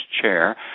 chair